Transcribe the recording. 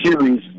series